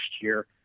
year